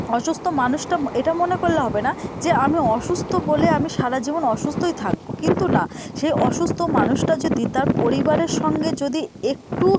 অসুস্থ মানুষটা এটা মনে কোল্লে হবে না যে আমি অসুস্থ বলে আমি সারা জীবন অসুস্থই থাকবো কিন্তু না সেই অসুস্থ মানুষটা যদি তার পরিবারের সঙ্গে যদি একটু